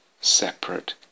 separate